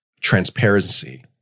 transparency